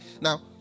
now